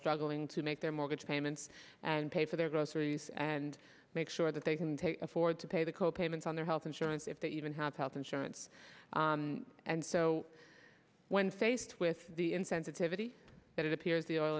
struggling to make their mortgage payments and pay for their groceries and make sure that they can take afford to pay the co payments on their health insurance if they even have health insurance and so when faced with the insensitivity that it appears the oil